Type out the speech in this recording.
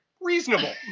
Reasonable